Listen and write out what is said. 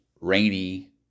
rainy